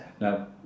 now